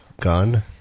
gun